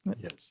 Yes